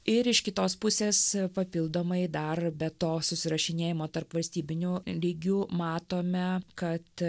ir iš kitos pusės papildomai dar be to susirašinėjamo tarpvalstybiniu lygiu matome kad